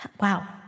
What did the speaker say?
Wow